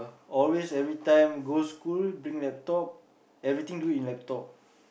always every time go school bring laptop everything do in laptop